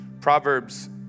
Proverbs